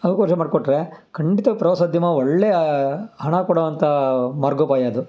ಅವಕಾಶ ಮಾಡಿಕೊಟ್ರೆ ಖಂಡಿತ ಪ್ರವಾಸೋದ್ಯಮ ಒಳ್ಳೆಯ ಹಣ ಕೊಡೋ ಅಂಥ ಮಾರ್ಗೋಪಾಯ ಅದು